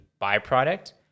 byproduct